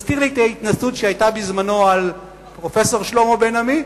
מזכירה לי את ההתנשאות שהיתה בזמנו על פרופסור שלמה בן-עמי,